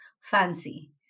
fancy